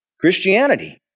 Christianity